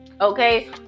Okay